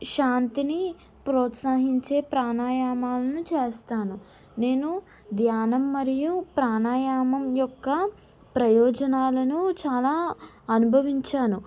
శాంతిని ప్రోత్సహించే ప్రాణయమాలను చేస్తాను నేను ధ్యానం మరియు ప్రాణయామం యొక్క ప్రయోజనాలను చాలా అనుభవించాను